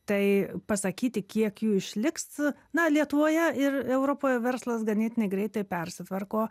tai pasakyti kiek jų išliks na lietuvoje ir europoje verslas ganėtinai greitai persitvarko